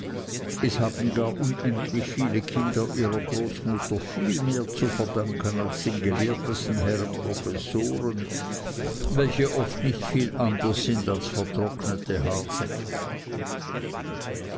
es haben gar unendlich viele kinder ihrer großmutter viel mehr zu verdanken als den gelehrtesten herren professoren welche oft nicht viel anders sind als vertrocknete haarseckel